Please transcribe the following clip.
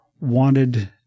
wanted